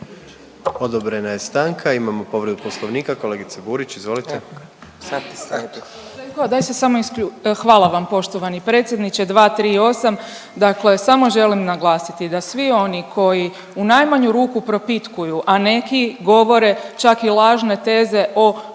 Odobrena je stanka. Imamo povredu Poslovnika, kolegice Burić izvolite. **Burić, Majda (HDZ)** Hvala vam poštovani predsjedniče. 238. dakle samo želim naglasiti da svi oni koji u najmanju ruku propitkuju, a neki govore čak i lažne teze o privatizaciji,